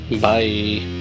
Bye